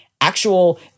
actual